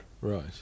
Right